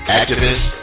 activist